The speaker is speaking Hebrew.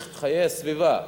צריך חיי סביבה.